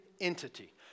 entity